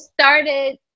started